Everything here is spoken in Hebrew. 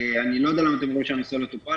אני לא יודע למה אתם אומרים שהנושא לא טופל.